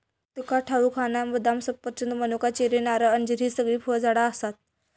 तुका ठाऊक हा ना, बदाम, सफरचंद, मनुका, चेरी, नारळ, अंजीर हि सगळी फळझाडा आसत